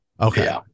Okay